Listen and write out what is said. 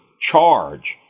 charge